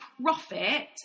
profit